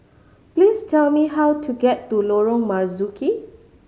please tell me how to get to Lorong Marzuki